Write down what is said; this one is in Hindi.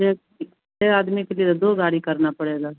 छः छः आदमी के लिए दो गाड़ी करना पड़ेगा